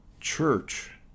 church